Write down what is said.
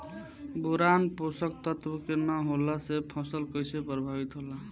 Boron पोषक तत्व के न होला से फसल कइसे प्रभावित होला?